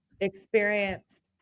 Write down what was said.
experienced